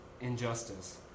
injustice